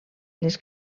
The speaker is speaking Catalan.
les